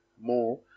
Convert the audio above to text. more